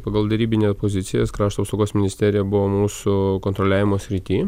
pagal derybinę pozicijas krašto apsaugos ministerija buvo mūsų kontroliavimo srity